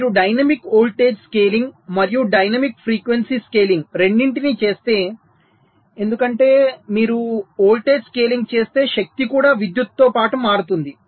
మీరు dynamic voltage scaling మరియు dynamic frequency scaling రెండింటినీ చేస్తే ఎందుకంటే మీరు వోల్టేజ్ స్కేలింగ్ చేస్తే శక్తి కూడా విద్యుత్తుతో పాటు మారుతుంది